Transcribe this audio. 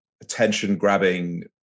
attention-grabbing